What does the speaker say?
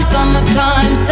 Summertime